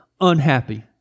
unhappy